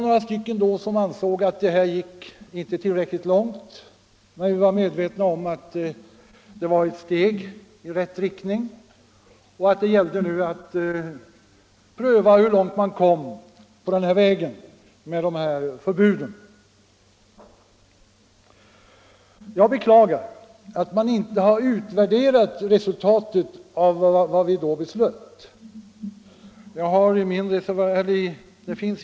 Några av oss ansåg då att beslutet inte gick tillräckligt långt, men vi var medvetna om att det var ett steg i rätt riktning och att det sedan gällde att pröva hur långt man kunde komma med dessa förbud. Jag beklagar, att resultaten av vad riksdagen då beslöt inte har utvärderats.